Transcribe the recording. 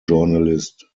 journalist